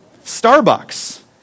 Starbucks